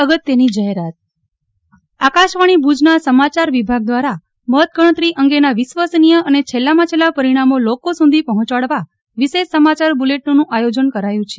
અગત્યની જાહેરાત સમાચાર વિભાગ દ્વારા મતગણતરી અંગેના વિશ્વસનીય અને છેલ્લામાં છેલ્લા પરિણામો લોકો સુધી પહોંચાડવા વિશેષ સમાચાર બુલેટીનનું આયોજન કરાયું છે